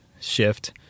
shift